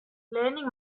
lehenik